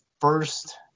first